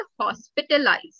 hospitalized